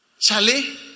Charlie